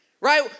Right